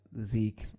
Zeke